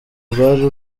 rwari